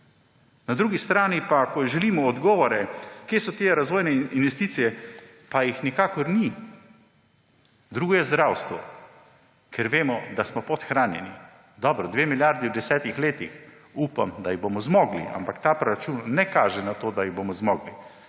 Na drugi strani pa, ko želimo odgovore, kje so te razvojne investicije, pa jih nikakor ni. Drugo je zdravstvo, ker vemo, da smo podhranjeni. Dobro, 2 milijardi v desetih letih, upam, da jih bomo zmogli. Ampak ta proračun ne kaže na to, da jih bomo zmogli.